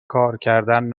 کارکردن